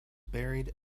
buried